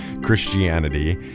Christianity